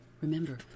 Remember